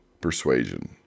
persuasion